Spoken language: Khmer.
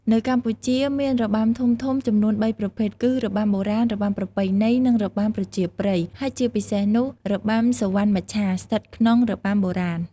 នៅកម្ពុជា មានរបាំធំៗចំនួនបីប្រភេទគឺ របាំបុរាណ របាំប្រពៃណី និងរបាំប្រជាប្រិយ ហើយជាពិសេសនោះ របាំសុវណ្ណមច្ឆាស្ថិតក្នុងរបាំបុរាណ។